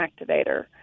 activator